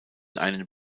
einen